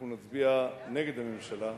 אנחנו נצביע נגד הממשלה.